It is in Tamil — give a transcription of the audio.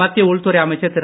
மத்திய உள்துறை அமைச்சர் திரு